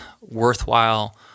worthwhile